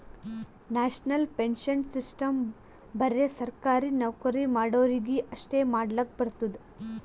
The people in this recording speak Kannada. ನ್ಯಾಷನಲ್ ಪೆನ್ಶನ್ ಸಿಸ್ಟಮ್ ಬರೆ ಸರ್ಕಾರಿ ನೌಕರಿ ಮಾಡೋರಿಗಿ ಅಷ್ಟೇ ಮಾಡ್ಲಕ್ ಬರ್ತುದ್